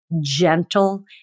gentle